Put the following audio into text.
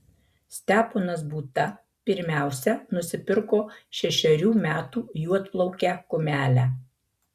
steponas būta pirmiausia nusipirko šešerių metų juodplaukę kumelę